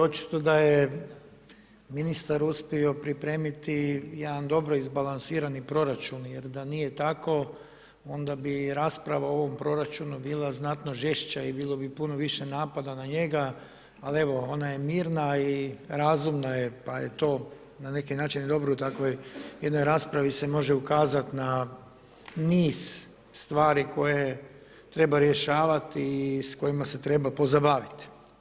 Očito da je ministar uspio pripremiti jedan dobro izbalansirani proračun jer da nije tako, onda bi rasprava o ovom proračunu bila znatno žešća i bilo bi puno više napada na njega, al, evo, ona je mirna i razumna je, pa je to na neki način i dobro, u takvoj jednoj raspravi se može ukazati na niz stvari koje treba rješavati i s kojima se treba pozabaviti.